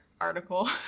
article